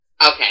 Okay